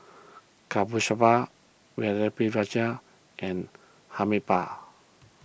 Kasturba Pritiviraj and Amitabh